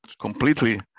completely